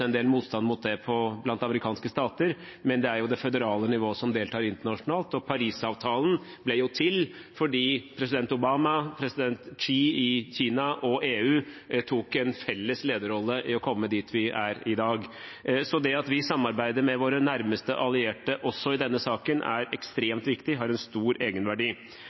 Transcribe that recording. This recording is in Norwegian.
en del motstand mot det blant amerikanske delstater, men det er det føderale nivået som deltar internasjonalt, og Parisavtalen ble til fordi president Obama, president Xi i Kina og EU tok en felles lederrolle i å komme dit vi er i dag. Så det at vi samarbeider med våre nærmeste allierte også i denne saken, er ekstremt viktig og har en stor egenverdi.